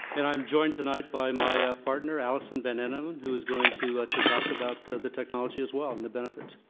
and i'm joined tonight by my ah partner, alison van eenennaam, who is going to ah to talk about the the technology as well and the benefits.